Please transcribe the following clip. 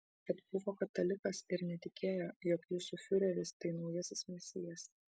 kad buvo katalikas ir netikėjo jog jūsų fiureris tai naujasis mesijas